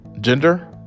gender